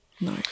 no